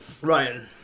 Ryan